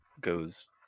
goes